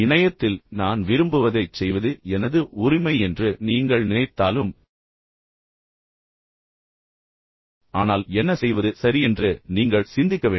இணையத்தில் நான் விரும்புவதைச் செய்வது எனது உரிமை என்று நீங்கள் நினைத்தாலும் ஆனால் என்ன செய்வது சரி என்று நீங்கள் சிந்திக்க வேண்டும்